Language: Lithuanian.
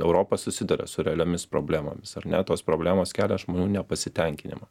europa susiduria su realiomis problemomis ar ne tos problemos kelia žmonių nepasitenkinimą